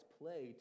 play